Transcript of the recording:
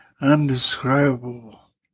undescribable